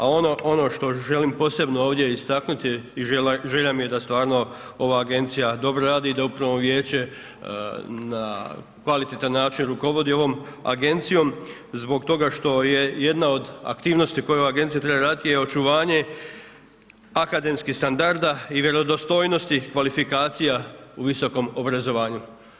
A ono što želim posebno ovdje istaknuti je i želja mi je da stvarno ova agencija dobro radi i da upravno vijeće na kvalitetan način rukovodi ovom agencijom zbog toga što je jedna od aktivnosti koju agencija treba raditi je očuvanje akademskih standarda i vjerodostojnosti kvalifikacija u visokom obrazovanju.